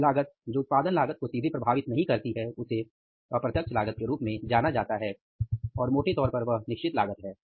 वह लागत जो उत्पादन लागत को सीधे प्रभावित नहीं करती है उसे अप्रत्यक्ष लागत के रूप में जाना जाता है और मोटे तौर पर यह निश्चित लागत है